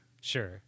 sure